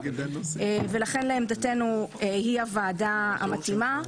ולכן לעמדתנו היא הוועדה המתאימה.